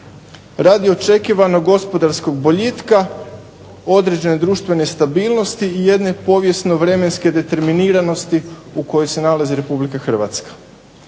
Radi očekivanog gospodarskog boljitka, određene društvene stabilnosti i jedne povijesno vremenske determiniranosti u kojoj se nalazi Republika Hrvatska.